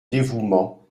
dévouement